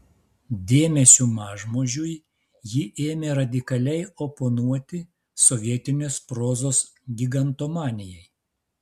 dėmesiu mažmožiui ji ėmė radikaliai oponuoti sovietinės prozos gigantomanijai